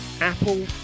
Apple